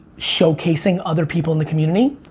showcasing other people in the community.